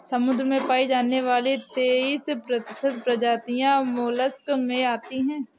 समुद्र में पाई जाने वाली तेइस प्रतिशत प्रजातियां मोलस्क में आती है